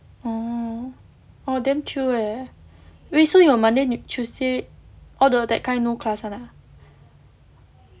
oh oh damn chill eh wait so your monday tuesday all the that kind no class [one] ah